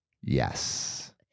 Yes